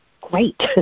great